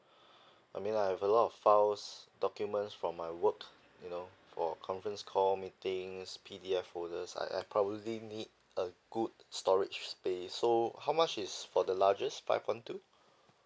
I mean I have a lot of files documents from my work you know for conference call meetings expedia folders I I probably need a good storage space so how much is for the largest five one two